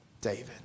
David